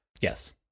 yes